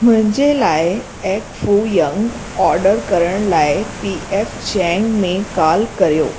मुंहिंजे लाइ egg foo young order करण लाइ पी एफ चैंग में काल करियो